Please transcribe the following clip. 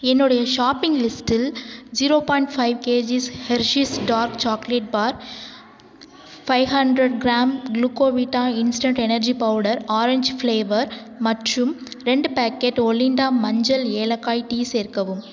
என்னுடைய ஷாப்பிங் லிஸ்டில் zero point five kgs Hershey's dark chocolate bar five hundred gram Glucovita instant energy powder orange flavour மற்றும் ரெண்டு packet ஒலிண்டா மஞ்சள் ஏலக்காய் டீ சேர்க்கவும்